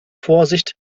vorsicht